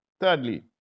Thirdly